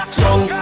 song